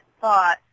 thought